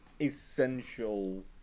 Essential